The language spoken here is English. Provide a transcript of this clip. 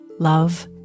love